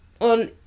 on